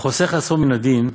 החושך עצמו מן הדין,